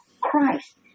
Christ